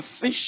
fish